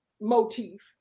motif